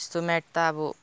त्यस्तो म्याट त अब